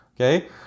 Okay